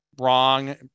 wrong